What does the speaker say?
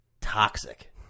toxic